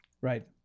Right